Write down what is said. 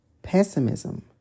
pessimism